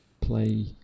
play